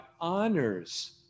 honors